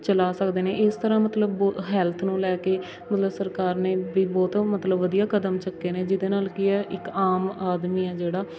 ਚਲਾ ਸਕਦੇ ਨੇ ਇਸ ਤਰ੍ਹਾਂ ਮਤਲਬ ਬੋ ਹੈਲਥ ਨੂੰ ਲੈ ਕੇ ਮਤਲਬ ਸਰਕਾਰ ਨੇ ਵੀ ਬਹੁਤ ਮਤਲਬ ਵਧੀਆ ਕਦਮ ਚੁੱਕੇ ਨੇ ਜਿਹਦੇ ਨਾਲ ਕੀ ਹੈ ਇੱਕ ਆਮ ਆਦਮੀ ਆ ਜਿਹੜਾ